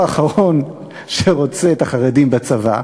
לפיד הוא האחרון שרוצה את החרדים בצבא.